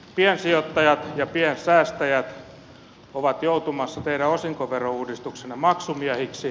piensijoittajat ja piensäästäjät ovat joutumassa teidän osinkoverouudistuksenne maksumiehiksi